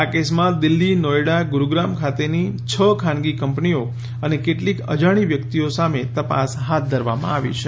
આ કેસમાં દિલ્ફી નોએડા ગુરૂગ્રામ ખાતેની છ ખાનગી કંપનીઓ અને કેટલીક અજાણી વ્યકિતઓ સામે તપાસ હાથ ધરવામાં આવી છે